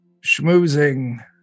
Schmoozing